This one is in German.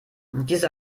diese